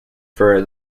for